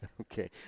Okay